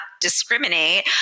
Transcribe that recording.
discriminate